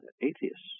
atheists